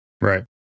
Right